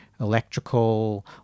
electrical